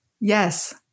Yes